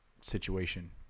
situation